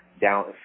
down